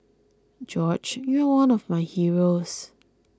George you are one of my heroes